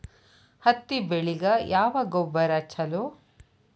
ಹತ್ತಿ ಬೆಳಿಗ ಯಾವ ಗೊಬ್ಬರ ಛಲೋ?